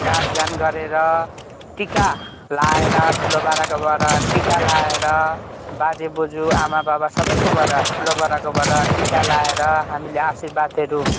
नाच गान गरेर टीका लगाएर ठुलो बडाकोबाट टीका लगाएर बाजे बोज्यू आमा बाबा सबैकोबाट ठुलो बडाकोबाट टीका लगाएर हामीले आशिर्वादहरू